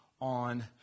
on